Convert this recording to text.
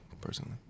personally